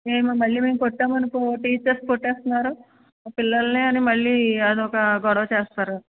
నేను మళ్ళీ మేము కొట్టామనుకో టీచర్స్ కొట్టేస్తున్నారు పిల్లల్ని అని మళ్ళీ అదొక గొడవ చేస్తారు